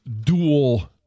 dual